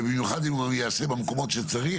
ובמיוחד אם הוא ייעשה במקומות שצריך,